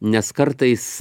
nes kartais